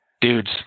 Dudes